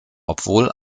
obwohl